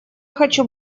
хочу